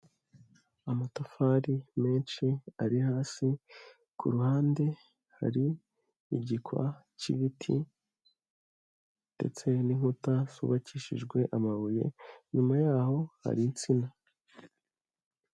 Amatafari menshi ari hasi, ku ruhande hari igikwa k'ibiti ndetse n'inkuta zubakishijwe amabuye, inyuma yaho hari insina.